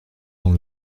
dans